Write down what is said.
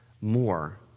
more